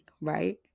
right